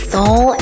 Soul